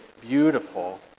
beautiful